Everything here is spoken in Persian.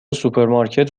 سوپرمارکت